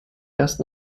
erst